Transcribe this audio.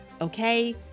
okay